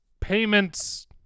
Payments